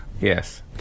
Yes